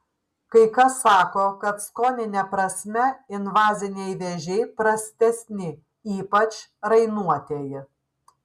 kai kas sako kad skonine prasme invaziniai vėžiai prastesni ypač rainuotieji